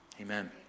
amen